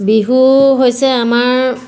বিহু হৈছে আমাৰ